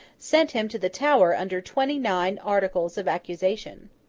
sent him to the tower under twenty-nine articles of accusation.